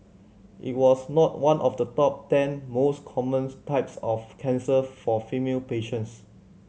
it was not one of the top ten most commons types of cancer for female patients